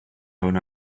own